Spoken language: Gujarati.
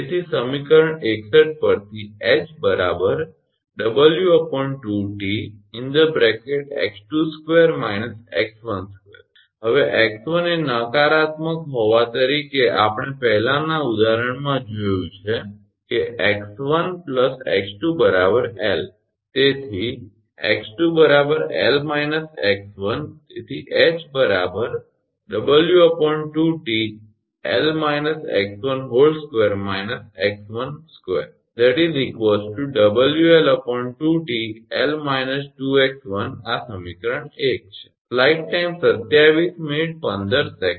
તેથી સમીકરણ 61 પરથી ℎ 𝑊 2𝑇𝑥22 − 𝑥12 હવે 𝑥1 એ નકારાત્મક હોવા તરીકે આપણે પહેલાનાં ઉદાહરણમાં જોયું છે કે 𝑥1 𝑥2 𝐿 તેથી 𝑥2 𝐿 − 𝑥1 તેથી ℎ 𝑊 2𝑇𝐿−𝑥12 − 𝑥12 𝑊𝐿 2𝑇𝐿 − 2𝑥1 આ સમીકરણ 1 છે